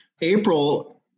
April-